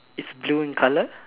it's blue in colour